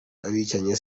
abicanyi